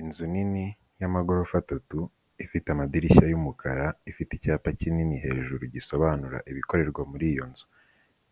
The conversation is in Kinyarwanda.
Inzu nini y'amagorofa atatu, ifite amadirishya y'umukara, ifite icyapa kinini hejuru gisobanura ibikorerwa muri iyo nzu,